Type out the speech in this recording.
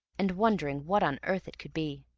and wondering what on earth it could be.